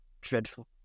dreadful